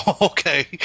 Okay